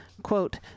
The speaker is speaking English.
quote